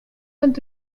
vingt